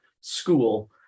school